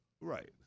Right